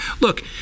Look